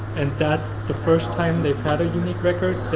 and that's the first time they've had a unique record.